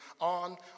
on